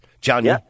Johnny